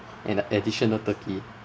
an additional turkey